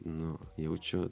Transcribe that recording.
nu jaučiu